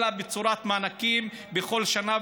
אלא בצורת מענקים בכל שנה,